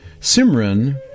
simran